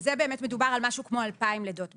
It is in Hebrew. בזה מדובר על כ-2,000 לידות בשנה.